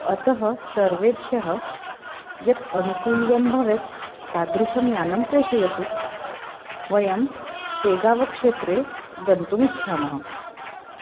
अतः सर्वेभ्यः यत् आनुकूल्यं भवेत् तादृशं यानं प्रेषयतु वयं शेगावक्षेत्रे गन्तुम् इच्छामः